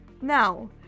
Now